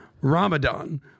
Ramadan